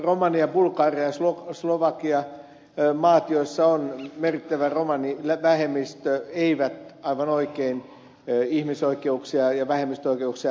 romania bulgaria ja slovakia maat joissa on merkittävä romanivähemmistö eivät aivan oikein ihmisoikeuksia ja vähemmistöoikeuksia takaa